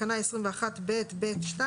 תקנה 21ב(ב)(2)